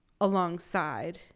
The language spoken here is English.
alongside